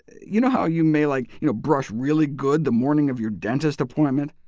you know how you may like you know brush really good the morning of your dentist appointment?